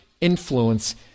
influence